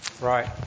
Right